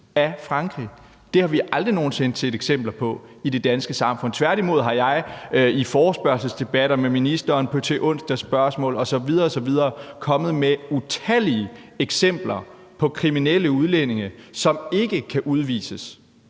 af Frankrig. Det har vi aldrig nogen sinde set eksempler på i det danske samfund. Tværtimod har jeg i forespørgselsdebatter med ministeren, i onsdagsspørgsmål osv. osv. kommet med utallige eksempler på kriminelle udlændinge, som ikke kan udvises